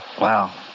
Wow